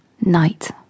night